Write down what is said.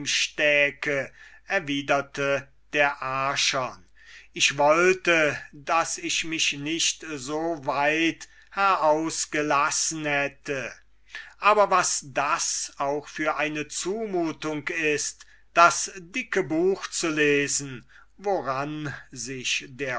erwiderte der archon ich wollte daß ich mich nicht so weit herausgelassen hätte aber was das auch für eine zumutung ist das dicke buch zu lesen woran sich der